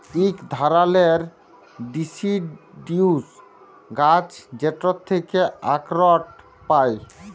ইক ধারালের ডিসিডিউস গাহাচ যেটর থ্যাকে আখরট পায়